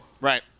Right